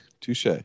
Touche